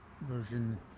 version